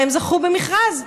הרי הם זכו במכרז,